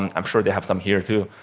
and i'm sure they have some here, too.